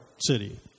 city